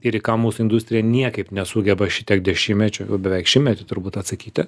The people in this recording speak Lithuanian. ir į ką mūsų industrija niekaip nesugeba šitiek dešimtmečių jau beveik šimtmetį turbūt atsakyti